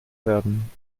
werden